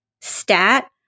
stat